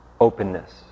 openness